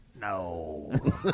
No